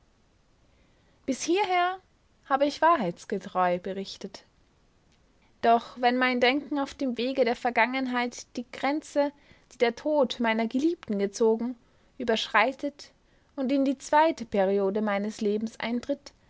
bis hierher habe ich wahrheitsgetreu berichtet doch wenn mein denken auf dem wege der vergangenheit die grenze die der tod meiner geliebten gezogen überschreitet und in die zweite periode meines lebens eintritt